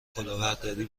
کلاهبرداری